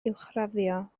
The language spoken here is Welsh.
uwchraddio